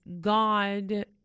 God